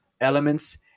elements